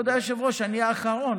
הוא 30 שנה מגייס כסף.